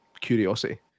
curiosity